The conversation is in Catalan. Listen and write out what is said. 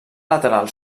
lateral